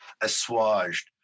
assuaged